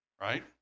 right